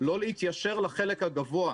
לא להתיישר לחלק הגבוה.